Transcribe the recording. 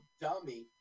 dummy